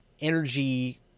energy